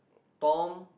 Tom